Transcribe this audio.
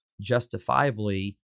justifiably